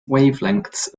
wavelengths